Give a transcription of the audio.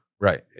Right